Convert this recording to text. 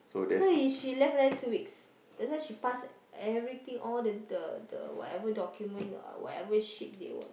so is she left another two weeks that's why she pass everything all the the whatever document uh whatever shit they want